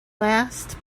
last